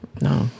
no